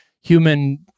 human